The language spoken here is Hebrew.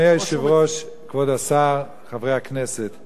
כבוד השר,